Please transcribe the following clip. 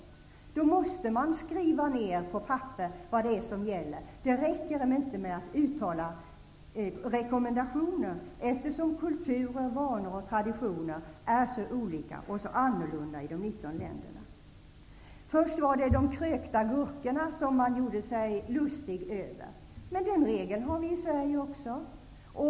Man måste då skriva ned på papper vad det är som gäller -- det räcker inte med att utfärda rekommendationer, eftersom kultur, vanor och traditioner är så olika i de 19 Först var det de krökta gurkorna som man gjorde sig lustig över. Men den regeln har vi i Sverige också.